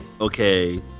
okay